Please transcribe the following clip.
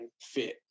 fit